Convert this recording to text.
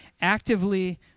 actively